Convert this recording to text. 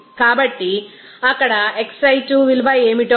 కాబట్టి అక్కడ xi 2 విలువ ఏమిటో మనం పొందవచ్చు